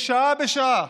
מדי שעה בשעה